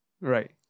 Right